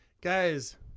Guys